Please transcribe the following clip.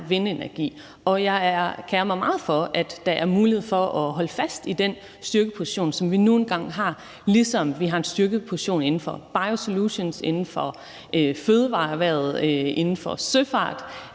er vindenergi, og jeg kerer mig meget om, at der er mulighed for at holde fast i den styrkeposition, som vi nu engang har, ligesom vi har en styrkeposition inden for biosolutions, inden for fødevareerhvervet, inden for søfart,